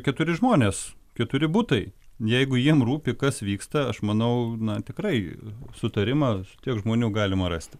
keturi žmonės keturi butai jeigu jiem rūpi kas vyksta aš manau na tikrai sutarimą su tiek žmonių galima rasti